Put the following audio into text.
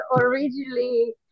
originally